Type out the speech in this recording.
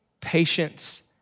patience